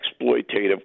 exploitative